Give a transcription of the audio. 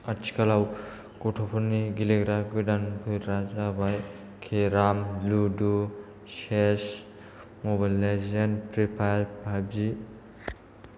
आथिखालाव गथ'फोरनि गेलेग्रा गोदानफोरा जाबाय carrom ludo chess mobile legends free fire PUBG